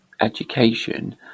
education